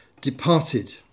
departed